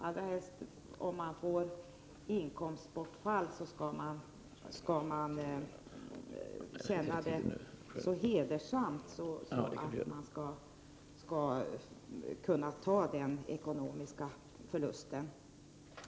Särskilt om man får inkomstbortfall, skall man känna det så hedersamt att man skall kunna ta den ekonomiska förlusten.